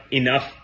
enough